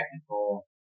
technical